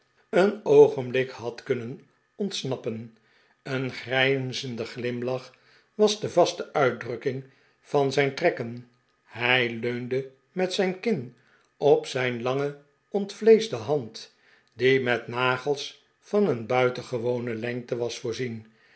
een oogenblik had kunnen ontsnappen een grijnzende glimlach was de vaste uitdrukking van zijn trekken hij leunde met zijn kin op zijn lange ontvleesde hand die met nagels van een buitengewone lengte was voorzienr